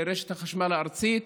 לרשת החשמל הארצית,